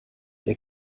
der